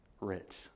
rich